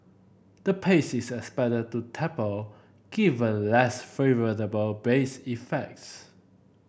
the pace is expected to taper given less favourable base effects